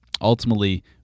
ultimately